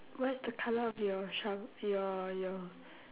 what is the colour of your shovel your your